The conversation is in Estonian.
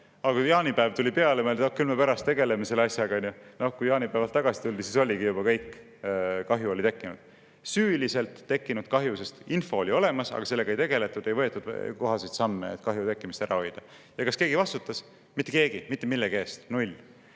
Aga kui jaanipäev tuli peale, siis mõeldi, et küll me pärast tegeleme selle asjaga. Kui jaanipäevalt tagasi tuldi, oligi juba kõik, kahju oli tekkinud. See oli süüliselt tekkinud kahju, sest info oli olemas, aga sellega ei tegeldud, ei võetud kohaseid samme, et kahju tekkimist ära hoida. Ja kas keegi ei vastutas? Mitte keegi mitte millegi eest. Null! Ma